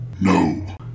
No